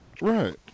Right